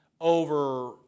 over